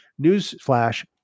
Newsflash